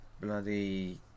bloody